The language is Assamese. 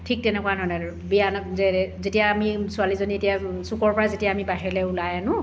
ঠিক তেনেকুৱা ধৰণে আৰু বিয়ানাম যেনে যেতিয়া আমি ছোৱালীজনী যেতিয়া চুকৰ পৰা যেতিয়া আমি বাহিৰলৈ ওলাই আনো